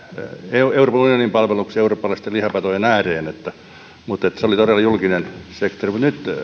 euroopan unionin palvelukseen ja eurooppalaisten lihapatojen ääreen mutta se oli todella julkinen sektori mutta nyt